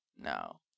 No